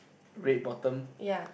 red bottom